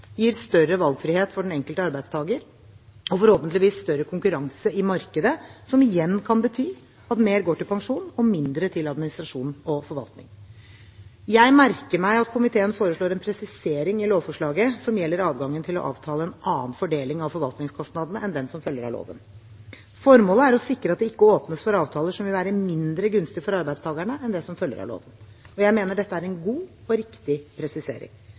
gir større valgfrihet for den enkelte arbeidstaker og forhåpentligvis større konkurranse i markedet, som igjen kan bety at mer går til pensjon og mindre til administrasjon og forvaltning. Jeg merker meg at komiteen foreslår en presisering i lovforslaget, som gjelder adgangen til å avtale en annen fordeling av forvaltningskostnadene enn den som følger av loven. Formålet er å sikre at det ikke åpnes for avtaler som vil være mindre gunstige for arbeidstakerne enn det som følger av loven. Jeg mener dette er en god og riktig presisering.